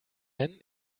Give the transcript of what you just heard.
nennen